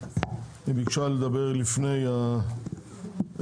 הנציגה ביקשה לדבר לפני האחרים.